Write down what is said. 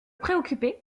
préoccupait